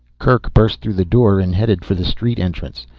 kerk burst through the door and headed for the street entrance.